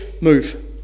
move